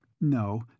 No